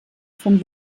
von